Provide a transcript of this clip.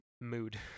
mood